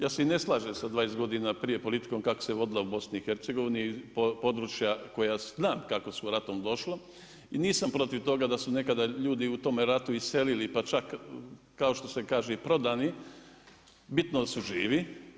Ja se ne slažem sa 20 godina prije politikom kako se vodila u BIH, područja koja znam, kako su ratom došla i nisam protiv toga da su nekada ljudi u tome ratu iselili, pa čak, kao što se kaže i prodani, bitno su živi.